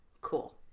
cool